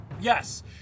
Yes